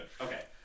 Okay